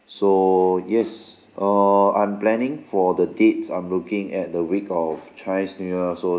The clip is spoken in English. so yes err I'm planning for the dates I'm looking at the week of chinese new year so